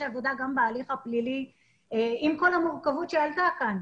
עבודה גם בהליך הפלילי עם כל המורכבות שעלתה כאן